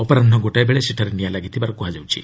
ଅପରାହ୍ନ ଗୋଟାଏ ବେଳେ ସେଠାରେ ନିଆଁ ଲାଗିଥିବାର କୁହାଯାଉଛି